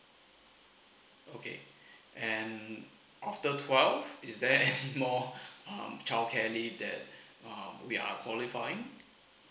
okay and after twelve is there anymore um childcare leave that uh we are qualifying